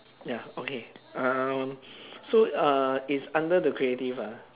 ya okay uh so uh it's under the creative ah